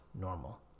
normal